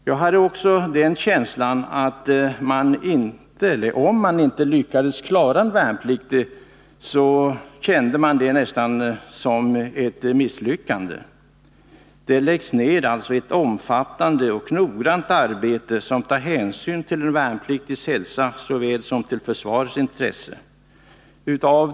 Jag hade också en känsla av att man, om man inte klarade en värnpliktig, nästan kände det som ett misslyckande. Det läggs alltså ned ett omfattande och noggrant arbete. Man tar hänsyn såväl till en värnpliktigs hälsa som till försvarets intressen.